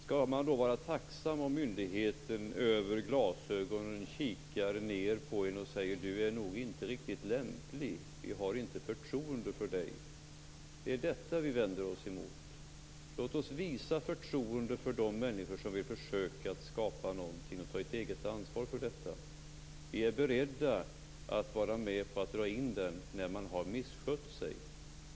Skall man då vara tacksam om myndigheten över glasögonen kikar ned på en och säger: Du är nog inte riktigt lämplig. Vi har inte förtroende för dig. Det är detta vi vänder oss emot. Låt oss visa förtroende för de människor som vill försöka att skapa någonting och ta ett eget ansvar för detta! Vi är beredda att vara med och dra in detta om man har misskött sig.